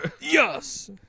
Yes